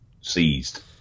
seized